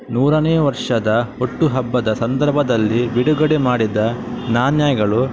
ನೂರನೇ ವರ್ಷದ ಹುಟ್ಟುಹಬ್ಬದ ಸಂದರ್ಭದಲ್ಲಿ ಬಿಡುಗಡೆ ಮಾಡಿದ ನಾಣ್ಯಗಳು